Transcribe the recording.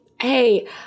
Hey